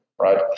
Right